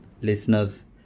listeners